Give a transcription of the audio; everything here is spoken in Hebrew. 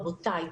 רבותיי,